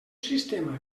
sistema